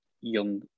young